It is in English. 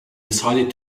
decided